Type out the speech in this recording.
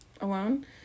alone